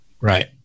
Right